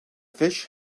fish